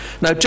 now